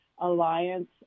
Alliance